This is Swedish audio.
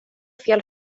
fel